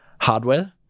hardware